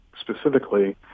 specifically